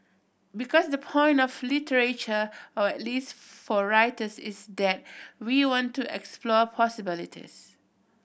because the point of literature or at least for writers is that we want to explore possibilities